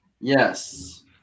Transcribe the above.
Yes